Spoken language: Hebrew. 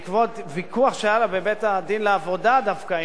בעקבות ויכוח שהיה לה בבית-הדין לעבודה דווקא,